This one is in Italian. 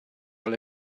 alle